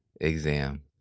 exam